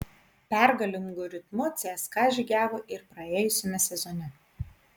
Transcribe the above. pergalingu ritmu cska žygiavo ir praėjusiame sezone